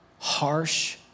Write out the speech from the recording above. harsh